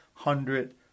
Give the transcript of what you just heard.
hundred